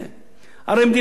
הרי מדינת ישראל,